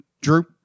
Drew